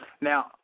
Now